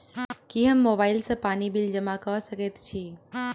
की हम मोबाइल सँ पानि बिल जमा कऽ सकैत छी?